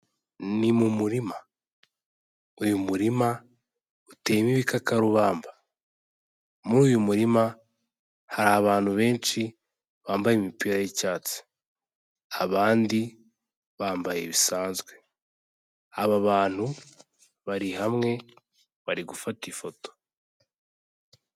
Ni mu murima. Uyu murima uteyemo ibikakarubamba. Muri uyu murima hari abantu benshi bambaye imipira y'icyatsi abandi bambaye bisanzwe. Aba bantu bari hamwe bari gufata ifoto.